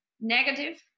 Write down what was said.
negative